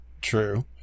True